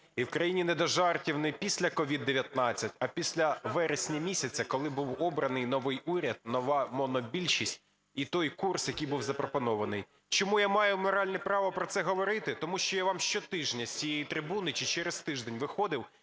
І в країні не до жартів не після COVID-19, а після вересня місяця, коли був обраний новий уряд, нова монобільшість і той курс, який був запропонований. Чому я маю моральне право про це говорити? Тому що я вам щотижня з цієї трибуни чи через тиждень виходив